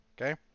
okay